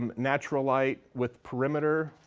um natural light with perimeter,